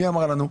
מי אמר לנו?